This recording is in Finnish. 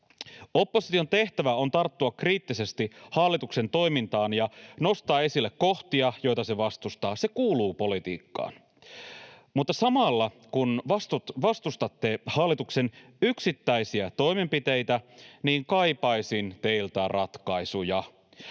Opposition tehtävä on tarttua kriittisesti hallituksen toimintaan ja nostaa esille kohtia, joita se vastustaa — se kuuluu politiikkaan — mutta samalla kun vastustatte hallituksen yksittäisiä toimenpiteitä, niin kaipaisin teiltä ratkaisuja.